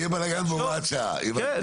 שיהיה בלגן בהוראת שעה, הבנתי.